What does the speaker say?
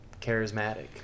charismatic